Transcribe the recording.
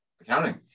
accounting